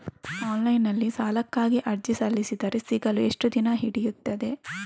Online ನಲ್ಲಿ ಸಾಲಕ್ಕಾಗಿ ಅರ್ಜಿ ಸಲ್ಲಿಸಿದರೆ ಸಿಗಲು ಎಷ್ಟು ದಿನ ಹಿಡಿಯುತ್ತದೆ?